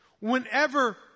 whenever